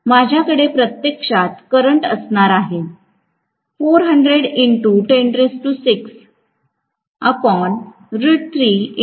माझ्याकडे प्रत्यक्षात करंट असणार आहे